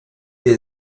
wir